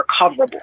recoverable